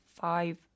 five